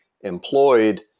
employed